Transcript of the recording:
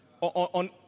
On